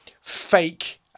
fake